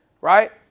right